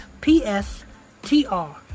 P-S-T-R